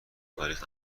تاریخ